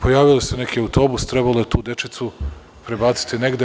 Pojavio se neki autobus, trebalo je tu dečicu prebaciti negde.